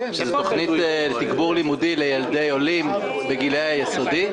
שזו תוכנית לתגבור לימודי לילדי עולים בגילאי היסודי.